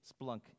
splunk